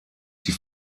die